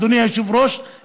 אדוני היושב-ראש,